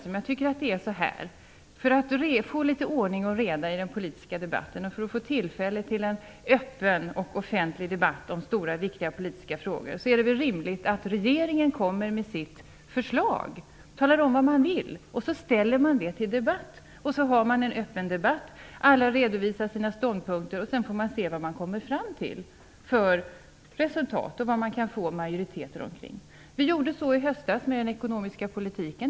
Om vi skall få litet ordning och reda i den politiska debatten och få tillfälle till en öppen och offentlig debatt om stora, viktiga politiska frågor är det rimligt att regeringen kommer med sitt förslag och talar om vad man vill. Sedan ställer man det under debatt. Vi för en öppen debatt och alla redovisar sina ståndpunkter. Därefter får man se vilket resultat man kommer fram till och vilka förslag man kan få majoritet för. Vi gjorde så i höstas med den ekonomiska politiken.